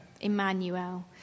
Emmanuel